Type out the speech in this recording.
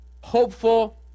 hopeful